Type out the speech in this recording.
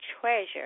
treasure